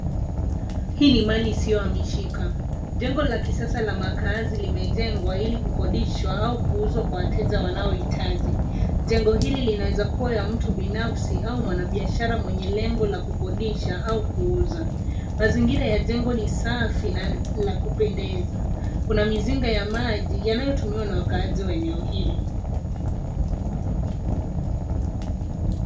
Hii ni mali isiyohamishika. Jengo la kisasa la makaazi limejengwa ili kukodishwa au kuuzwa kwa wateja wanaohitaji. Jengo hili linaweza kuwa ya mtu binafsi au mwanabiashara mwenye lengo la kukodisha au kuuza. Mazingira ya jengo ni safi na la kupendeza. Kuna mizinga ya maji yanayotumiwa na waakaji wa eneo hili.